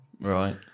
Right